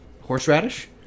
horseradish